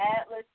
Atlas